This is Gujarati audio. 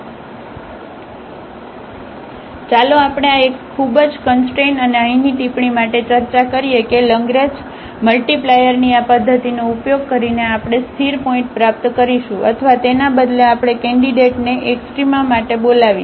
તેથી ચાલો આપણે આ એક ખૂબ જ કંસટ્રેન અને અહીંની ટિપ્પણી માટે ચર્ચા કરીએ કે લરેંજ મલ્ટીપ્લાયરની આ પદ્ધતિનો ઉપયોગ કરીને આપણે સ્થિર પોઇન્ટ પ્રાપ્ત કરીશું અથવા તેના બદલે આપણે કેન્ડિડેટને એક્સ્ટ્રામા માટે બોલાવીશું